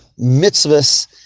mitzvahs